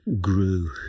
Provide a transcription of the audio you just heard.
grew